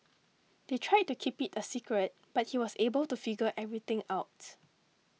they tried to keep it a secret but he was able to figure everything out